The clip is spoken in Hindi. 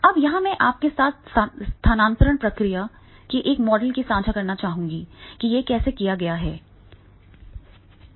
अब यहां मैं आपके साथ स्थानांतरण प्रक्रिया के एक मॉडल को साझा करना चाहूंगा कि यह कैसे किया जाना है